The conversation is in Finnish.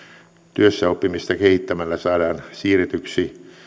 työssäoppimista kehittämällä saadaan siirretyksi